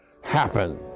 Happen